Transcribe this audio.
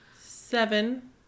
Seven